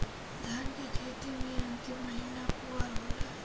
धान के खेती मे अन्तिम महीना कुवार होला?